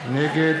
נגד